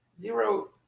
Zero